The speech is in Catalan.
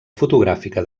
fotogràfica